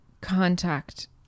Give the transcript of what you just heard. contact